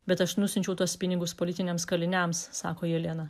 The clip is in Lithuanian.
bet aš nusiunčiau tuos pinigus politiniams kaliniams sako jelena